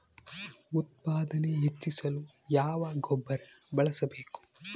ಉತ್ಪಾದನೆ ಹೆಚ್ಚಿಸಲು ಯಾವ ಗೊಬ್ಬರ ಬಳಸಬೇಕು?